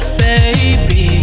baby